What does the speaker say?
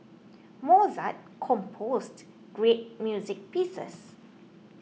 Mozart composed great music pieces